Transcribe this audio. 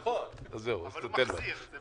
נכון, אבל הוא מחזיר.